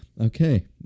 okay